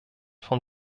von